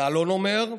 יעלון אומר: